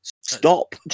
Stop